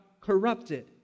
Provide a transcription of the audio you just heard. corrupted